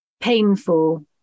painful